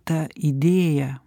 ta idėja